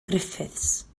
griffiths